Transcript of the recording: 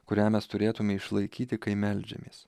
kurią mes turėtume išlaikyti kai meldžiamės